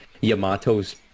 Yamato's